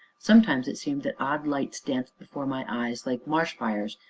sometimes it seemed that odd lights danced before my eyes, like marsh-fires,